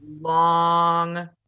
long